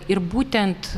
ir būtent